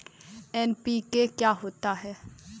NPK क्या होता है?